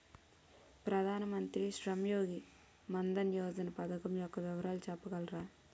ప్రధాన మంత్రి శ్రమ్ యోగి మన్ధన్ యోజన పథకం యెక్క వివరాలు చెప్పగలరా?